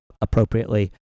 appropriately